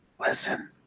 listen